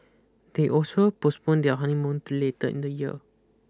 they also postponed their honeymoon to later in the year